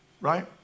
right